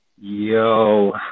Yo